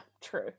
true